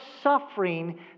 suffering